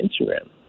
Instagram